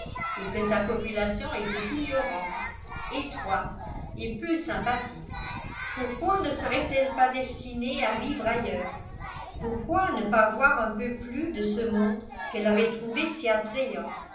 et que sa population était ignorante étroite et peu sympathique pourquoi ne serait-elle pas destinée à vivre ailleurs pourquoi ne pas voir un peu plus de ce monde qu'elle avait trouvé si attrayant